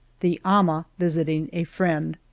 the ama visiting a friend.